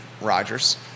Rogers